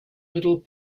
middle